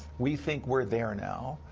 we think we're there now.